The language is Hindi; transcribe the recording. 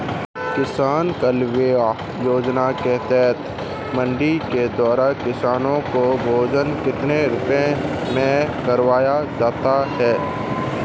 किसान कलेवा योजना के तहत मंडी के द्वारा किसान को भोजन कितने रुपए में करवाया जाता है?